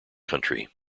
country